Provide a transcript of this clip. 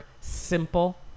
simple